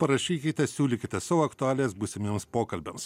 parašykite siūlykite savo aktualijas būsimiems pokalbiams